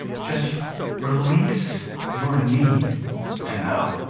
just release your need to know.